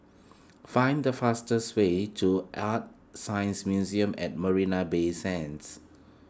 find the fastest way to ArtScience Museum at Marina Bay Sands